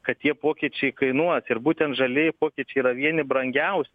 kad tie pokyčiai kainuos ir būtent žalieji pokyčiai yra vieni brangiaus